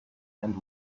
and